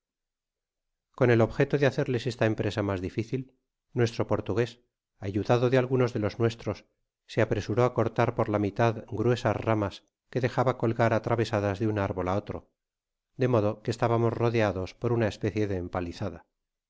con el objeto de hacerles esta empresa mas dificil nuestro portugués ayudado de algunos de los nuestros se apresuró á cortar por la mitad gruesas ramas que dejaba colgar atravesadas de un árbol á otro de modo que estábamos rodeados por una especie de empalizada